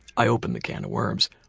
i opened a can of worms.